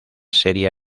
serie